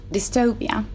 Dystopia